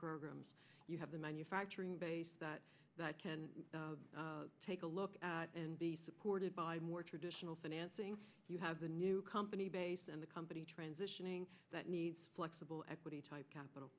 programs you have the manufacturing base that can take a look and be supported by more traditional financing you have a new company based in the company transitioning that needs flexible equity type capital